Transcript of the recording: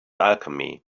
alchemy